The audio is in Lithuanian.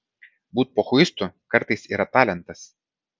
būt pochuistu kartais yra talentas